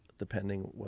depending